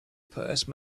purse